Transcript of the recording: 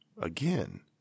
Again